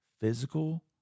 physical